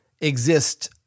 exist